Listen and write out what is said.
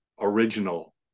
original